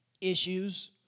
issues